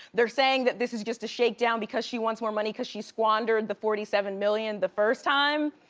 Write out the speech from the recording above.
they're saying that this is just a shakedown because she wants more money cause she squandered the forty seven million the first time.